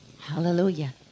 Hallelujah